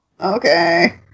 okay